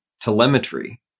telemetry